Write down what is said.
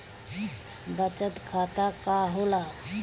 बचत खाता का होला?